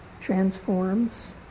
transforms